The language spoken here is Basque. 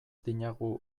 dinagu